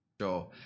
Sure